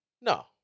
No